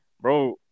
Bro